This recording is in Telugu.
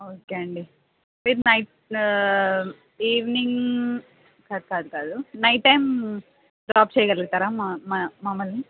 ఓకే అండి మీరు నైట్ ఈవినింగ్ కాదు కాదు కాదు నైట్ టైం డ్రాప్ చేయగలుగుతారా మా మమ్మల్ని